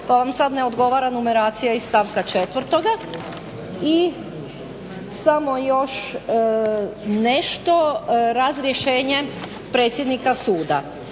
pa vam sad ne odgovara numeracija iz stavka 4. I samo još nešto, razrješenje predsjednika suda.